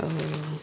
ଆଉ